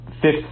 Fifth